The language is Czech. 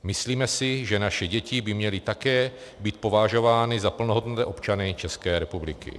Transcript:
Myslíme si, že naše děti by měly také být považovány za plnohodnotné občany České republiky.